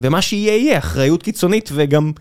ומה שיהיה יהיה אחריות קיצונית וגם...